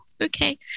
okay